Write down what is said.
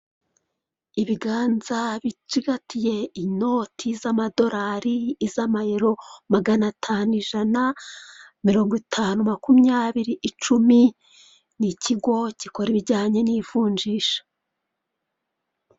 Ibiganza bicigatiye inoti z'amadorari iz'amayero magana atanu, ijana, mirongo itanu, makumyabiri, icumi, ni ikigo gikora ibijyanye n'ivunjisha.